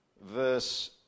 verse